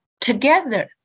Together